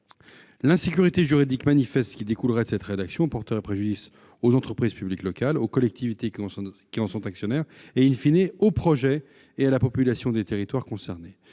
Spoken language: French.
L'insécurité juridique manifeste qui découlerait d'une telle rédaction porterait préjudice aux entreprises publiques locales, aux collectivités qui en sont actionnaires et,, aux projets et à la population des territoires concernés.